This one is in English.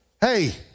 Hey